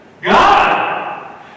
God